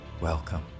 Welcome